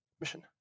mission